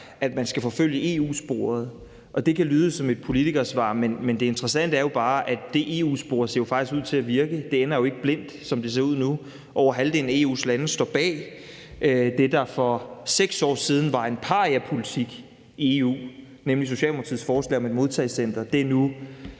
at man skal forfølge EU-sporet. Det kan lyde som et politikersvar, men det interessante er jo bare, at det EU-spor jo faktisk ser ud til at virke, det ender jo ikke blindt, som det ser ud nu. Over halvdelen af EU's lande står bag det, der for 6 år siden var en pariapolitik i EU, nemlig Socialdemokratiets forslag om et modtagecenter